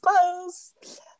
close